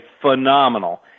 phenomenal